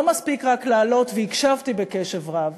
לא מספיק רק להעלות, והקשבתי קשב רב